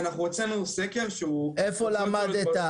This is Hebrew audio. איפה למדת?